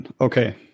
okay